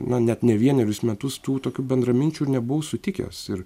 na net ne vienerius metus tų tokių bendraminčių nebuvau sutikęs ir